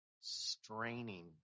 straining